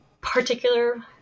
particular